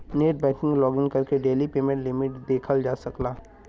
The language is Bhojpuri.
नेटबैंकिंग लॉगिन करके डेली पेमेंट लिमिट देखल जा सकला